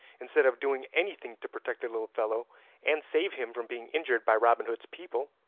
instead of doing anything to protect the little fellow and save him from being injured by robin hood's people,